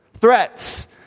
Threats